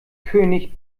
könig